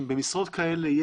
שבמשרות כאלה,